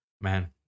Man